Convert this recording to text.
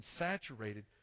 saturated